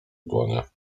dłonie